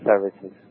services